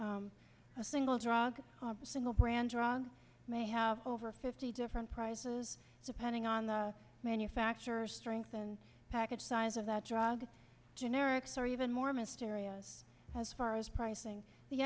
a single drug single brand wrong may have over fifty different prices depending on the manufacturer strengths and package size of that drug generics are even more mysterious as far as pricing the